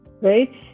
right